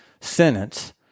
sentence